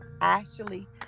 Ashley